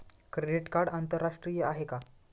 Credit card आंतरराष्ट्रीय आहे का?